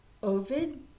Ovid